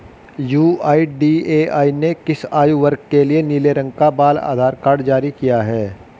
UIDAI ने किस आयु वर्ग के लिए नीले रंग का बाल आधार कार्ड जारी किया है?